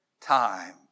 time